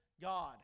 God